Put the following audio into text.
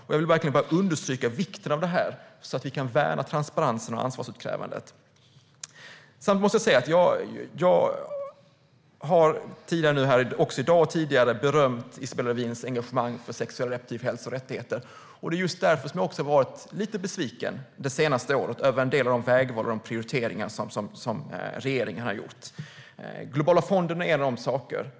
Jag vill verkligen understryka vikten av detta, så att vi kan värna transparensen och ansvarsutkrävandet. Jag har i dag och tidigare berömt Isabella Lövins engagemang för sexuell och reproduktiv hälsa och rättigheter. Det är just därför som jag också har varit lite besviken det senaste året över en del av de vägval och prioriteringar som regeringen har gjort. Globala fonden är en sådan sak.